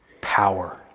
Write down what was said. power